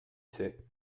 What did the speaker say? sait